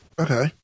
Okay